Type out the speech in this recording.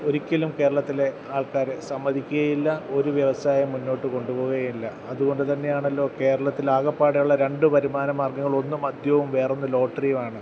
ഒരിക്കലും കേരളത്തിലെ ആൾക്കാരെ സമ്മതിക്കുകയും ഇല്ല ഒരു വ്യവസായം മുന്നോട്ടുകൊണ്ടുപോകുകയും ഇല്ല അതുകൊണ്ടുതന്നെയാണല്ലോ കേരളത്തിൽ ആകപ്പാടെ ഉള്ള രണ്ട് വരുമാന മാർഗ്ഗങ്ങൾ ഒന്ന് മദ്യവും വേറൊന്ന് ലോട്ടറിയുമാണ്